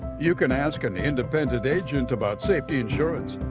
you can ask an independent agent about safety insurance.